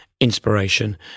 inspiration